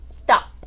Stop